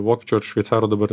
vokiečių ar šveicarų dabar